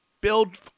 build